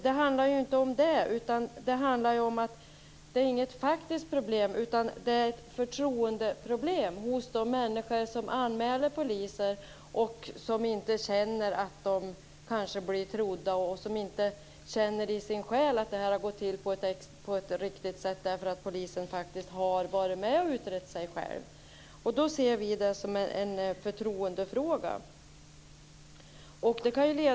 Det handlar inte om ett faktiskt problem, utan problemet gäller förtroendet hos de människor som anmäler poliser och som inte känner att de blir trodda. De känner i sin själ att det inte har gått riktigt till, eftersom polisen har varit med om att utreda sig själv. Vi ser detta som en förtroendefråga.